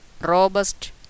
robust